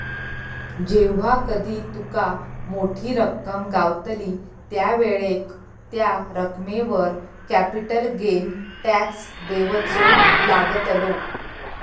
जेव्हा कधी तुका मोठी रक्कम गावतली त्यावेळेक त्या रकमेवर कॅपिटल गेन टॅक्स देवचो लागतलो